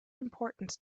importance